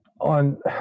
On